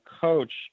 Coach